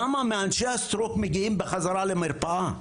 כמה מאנשי הסטרוק מגיעים בחזרה למרפאה?